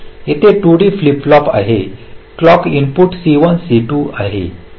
येथे 2 D flip flop आहेत clock input C1 C2 आहेत